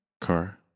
car